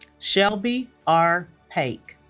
shelby r. pake